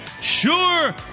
Sure